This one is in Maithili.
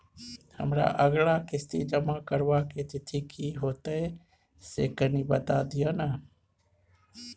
हमर अगला किस्ती जमा करबा के तिथि की होतै से कनी बता दिय न?